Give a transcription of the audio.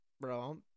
bro